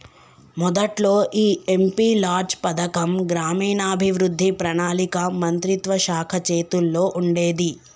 మొదట్లో ఈ MP LADS పథకం గ్రామీణాభివృద్ధి పణాళిక మంత్రిత్వ శాఖ చేతుల్లో ఉండేది